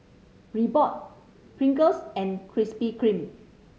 Reebok Pringles and Krispy Kreme